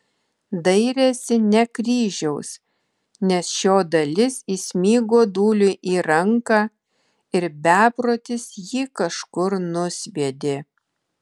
dairėsi ne kryžiaus nes šio dalis įsmigo dūliui į ranką ir beprotis jį kažkur nusviedė